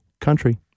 country